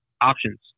options